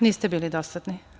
Niste bili dosadni.